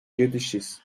жетишсиз